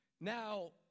Now